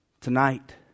tonight